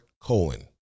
Cohen